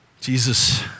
Jesus